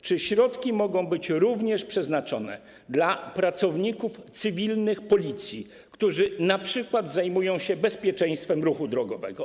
Czy środki mogą być również przeznaczone dla pracowników cywilnych Policji, którzy np. zajmują się bezpieczeństwem ruchu drogowego?